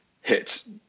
hit